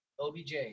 OBJ